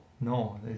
no